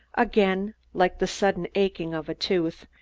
again, like the sudden aching of a tooth,